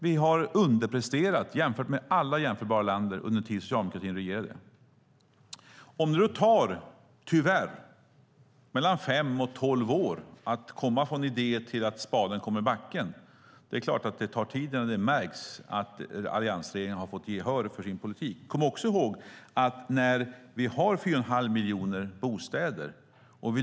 Vi underpresterade jämfört med alla jämförbara länder under den tid Socialdemokraterna regerade. Om det tar fem till tolv år från idé till att spaden kommer i backen dröjer det såklart innan det märks att alliansregeringen har fått gehör för sin politik. Vi har fyra och en halv miljon bostäder.